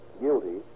guilty